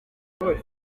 muri